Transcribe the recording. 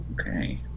Okay